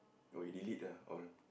oh he delete ah all